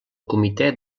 comitè